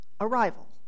arrival